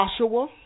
Joshua